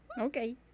Okay